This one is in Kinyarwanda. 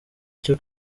cyo